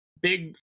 big